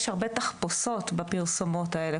יש הרבה תחפושות בפרסומות האלה,